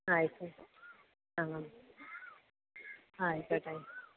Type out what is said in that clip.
ആയിക്കോട്ടെ ആണോ ആയിക്കോട്ടെ ആയിക്കോട്ടെ